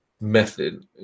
method